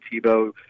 Tebow